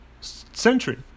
Century